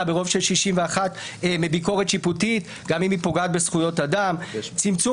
ברוב של 61 בביקורת שיפוטית גם אם היא פוגעת בזכויות אדם -- סליחה,